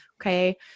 okay